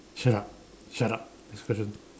shut up shut up next question